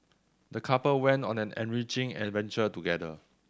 the couple went on an enriching adventure together